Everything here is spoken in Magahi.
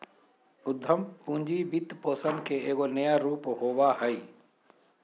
उद्यम पूंजी वित्तपोषण के एगो नया रूप होबा हइ